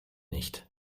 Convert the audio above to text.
nicht